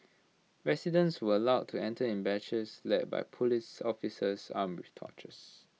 residents were allowed to enter in batches led by Police officers armed with torches